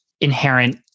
inherent